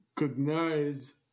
recognize